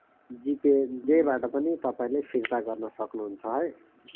जि pay जेबाट पनि तपाईँले फिर्ता गर्न सक्नुहुन्छ है